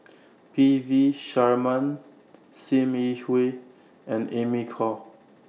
P V Sharma SIM Yi Hui and Amy Khor